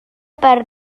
per